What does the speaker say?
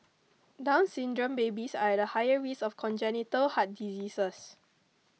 Down Syndrome babies are at higher race of congenital heart diseases